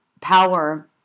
power